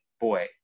boy